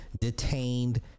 detained